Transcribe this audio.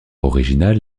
original